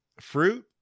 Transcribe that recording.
fruit